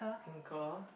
ankle